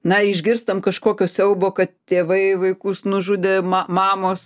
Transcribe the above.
na išgirstam kažkokio siaubo kad tėvai vaikus nužudė mamos